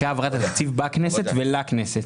אחרי העברת התקציב בכנסת ולכנסת.